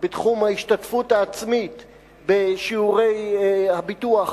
בתחום ההשתתפות העצמית בשיעורי הביטוח